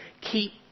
Keep